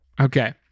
Okay